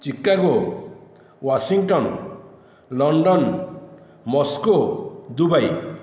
Chicago Washington London Moscow Dubai